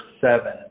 seven